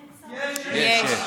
יש.